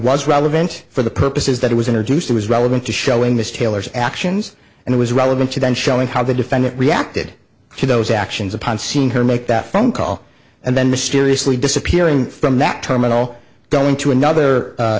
was relevant for the purposes that it was introduced it was relevant to showing this taylor's actions and it was relevant to then showing how the defendant reacted to those actions upon seeing her make that phone call and then mysteriously disappearing from that terminal going to another